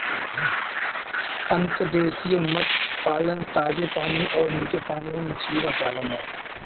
अंतर्देशीय मत्स्य पालन ताजे पानी और मीठे पानी में मछली का पालन है